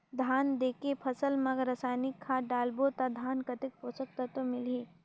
धान देंके फसल मा रसायनिक खाद डालबो ता धान कतेक पोषक तत्व मिलही?